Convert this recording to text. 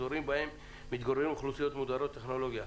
אזורים בהם מתגוררות אוכלוסיות מודרות טכנולוגיה,